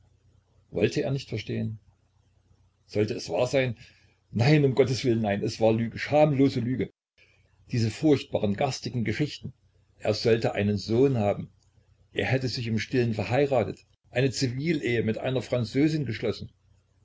wollte er nicht verstehen sollte es wahr sein nein um gotteswillen nein es war lüge schamlose lüge diese furchtbaren garstigen geschichten er sollte einen sohn haben er hätte sich im stillen verheiratet eine zivilehe mit einer französin geschlossen